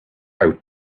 out